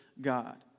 God